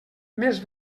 més